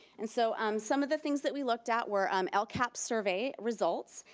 and so um some of the things that we looked at were um lcap survey results,